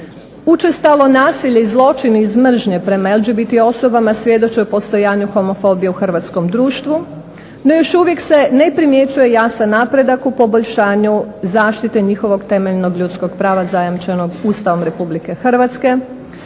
Učestalo nasilje i zločin iz mržnje prema LGBT osobama svjedoče o postojanju homofobije u hrvatskom društvu no još uvijek se ne primjećuje jasan napredak u poboljšanju zaštite njihovog temeljnog ljudskog prava zajamčenog Ustavom RH,